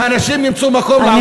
כי האנשים ימצאו מקום לעבוד ולהתפרנס,